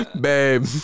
Babe